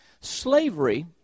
Slavery